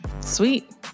sweet